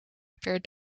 per